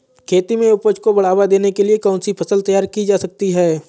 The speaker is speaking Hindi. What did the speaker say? खेती में उपज को बढ़ावा देने के लिए कौन सी फसल तैयार की जा सकती है?